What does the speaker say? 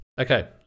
Okay